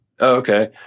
Okay